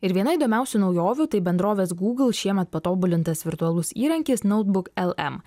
ir viena įdomiausių naujovių tai bendrovės gūgl šiemet patobulintas virtualus įrankis noutbuk lm